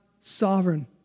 sovereign